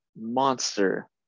monster